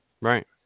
Right